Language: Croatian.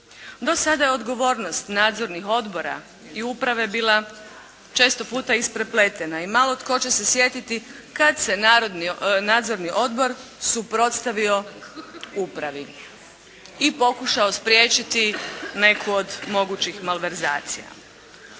Do sada je odgovornost nadzornih odbora i uprave bila često puta isprepletena i malo tko će se sjetiti kad se nadzorni odbor suprotstavio upravi i pokušao spriječiti neku od mogućih malverzacija.